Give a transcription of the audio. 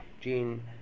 Gene